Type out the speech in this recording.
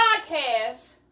podcast